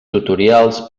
tutorials